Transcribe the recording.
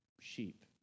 sheep